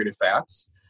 fats